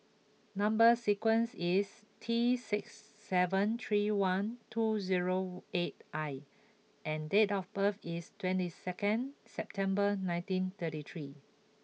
number sequence is T six seven three one two zero eight I and date of birth is twenty second September nineteen thirty three